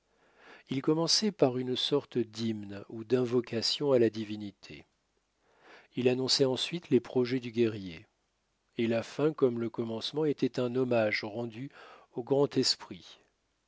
il commençait par une sorte d'hymne ou d'invocation à la divinité il annonçait ensuite les projets du guerrier et la fin comme le commencement était un hommage rendu au grand esprit